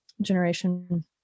generation